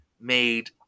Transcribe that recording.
made